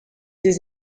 des